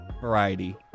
variety